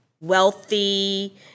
Wealthy